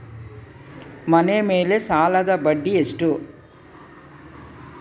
ಮನೆ ಮೇಲೆ ಸಾಲದ ಬಡ್ಡಿ ಎಷ್ಟು?